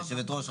היושבת-ראש,